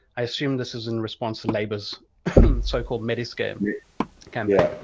i assume this is in response to labour's so called mediscare campaign.